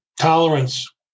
Tolerance